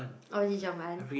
oh Chee-Chong-Fun